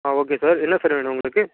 ஆ okay sir என்ன sir வேணும் உங்களுக்கு